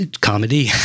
comedy